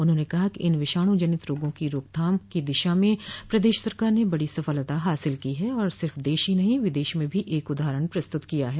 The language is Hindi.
उन्होंने कहा कि इन विषाणु जनित रोगों की रोकथाम की दिशा में प्रदेश सरकार ने बड़ी सफलता हासिल की है और सिर्फ देश ही नहीं विदेश में भी एक उदाहरण प्रस्तुत किया है